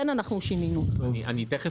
אני מבין